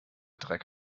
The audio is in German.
dreck